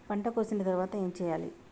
పంట కోసిన తర్వాత ఏం చెయ్యాలి?